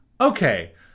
okay